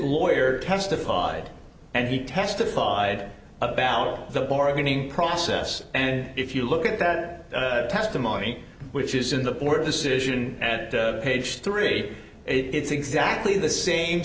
lawyer testified and he testified about the bargaining process and if you look at that testimony which is in the board decision at page three it's exactly the same